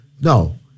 No